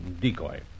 decoy